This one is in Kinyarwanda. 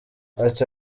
ati